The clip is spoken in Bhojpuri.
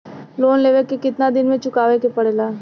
लोन लेवे के कितना दिन मे चुकावे के पड़ेला?